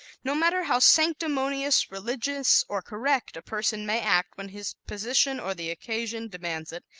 no matter how sanctimonious, religious or correct a person may act when his position or the occasion demands it,